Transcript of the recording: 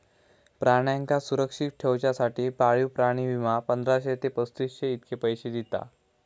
प्राण्यांका सुरक्षित ठेवच्यासाठी पाळीव प्राणी विमा, पंधराशे ते पस्तीसशे इतके पैशे दिता